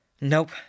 Nope